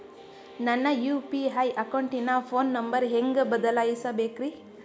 ನನ್ನ ಯು.ಪಿ.ಐ ಅಕೌಂಟಿನ phone number ಹೆಂಗ್ ಬದಲಾಯಿಸ ಬೇಕ್ರಿ?